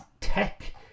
tech